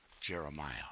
Jeremiah